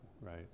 right